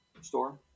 store